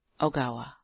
Ogawa